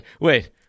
wait